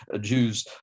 Jews